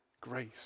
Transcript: grace